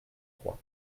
trois